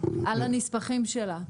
על הנספחים שלה.